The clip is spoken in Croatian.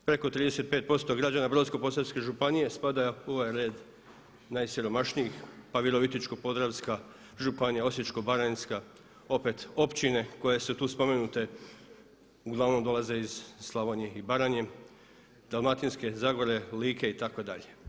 Preko 35% građana Brodsko-posavske županije spada u ovaj red najsiromašnijih, pa Virovitičko-podravska županija, Osječko-baranjska, opet općine koje su tu spomenute uglavnom dolaze iz Slavonije i Baranje, dalmatinske zagore, Like itd.